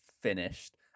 finished